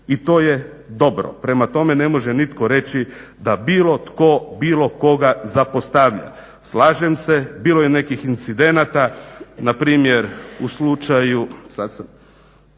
i to je dobro. Prema tome ne može nitko reći da bilo tko bilo koga zapostavlja. Slažem se bilo je nekih incidenata npr. u slučaju